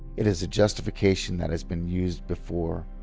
it is a justification that has been used before.